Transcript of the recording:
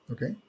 Okay